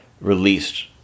released